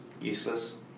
Useless